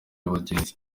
abagenzi